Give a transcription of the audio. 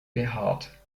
behaart